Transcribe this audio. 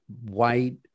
white